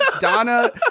Donna